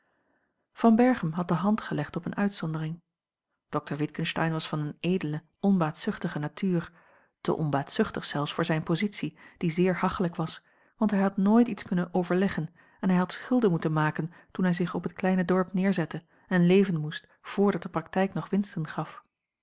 van berchem had de hand gelegd op eene uitzondering dokter witgensteyn was van eene edele onbaatzuchtige natuur te onbaatzuchtig zelfs voor zijne positie die zeer hachelijk was want hij had nooit iets kunnen overleggen en hij had schulden moeten maken toen hij zich op het kleine dorp neerzette en leven moest vrdat de praktijk nog winsten gaf